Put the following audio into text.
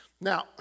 Now